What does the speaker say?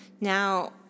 Now